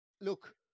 look